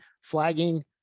flagging